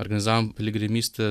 organizavom piligrimystę